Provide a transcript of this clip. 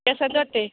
ପାସେଞ୍ଜରଟେ